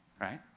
Right